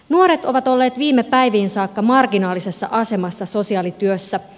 nuoret ovat olleet viime päiviin saakka marginaalisessa asemassa sosiaalityössä